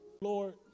Lord